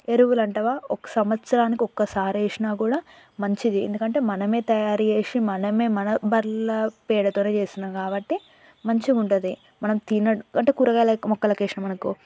ఎరువులంటావా ఒక సంవత్సరానికి ఒక్కసారి వేసినా కూడా మంచిది ఎందుకంటే మనమే తయారు చేసి మనమే మన బర్లా పేడతోనే చేసినం కాబట్టి మంచిగుంటది మనం తిన అంటే కూరగాయల మొక్కలకేసినామనుకో